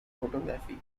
photography